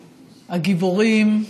הגיבורים,